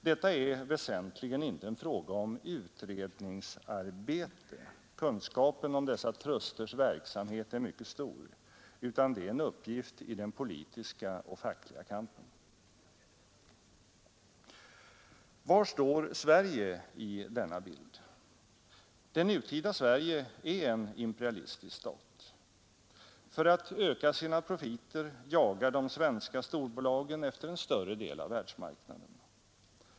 Detta är väsentligen inte en fråga om utredningsarbete — kunskapen om dessa trusters verksamhet är mycket stor — utan det är en uppgift i den politiska och fackliga kampen. Var står Sverige i denna bild? Det nutida Sverige är en imperialistisk stat. För att öka sina profiter jagar de svenska storbolagen efter en större del av världsmarknaden.